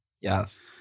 Yes